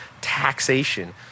taxation